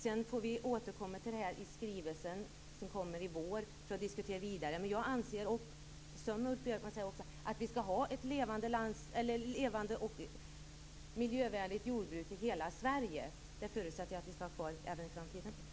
Vi får återkomma till detta i skrivelsen som kommer i vår och diskutera vidare. Jag anser, som Ulf Björklund, att vi skall ha ett levande och miljövänligt jordbruk i hela Sverige. Det förutsätter jag att vi skall ha även i framtiden.